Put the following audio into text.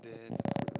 then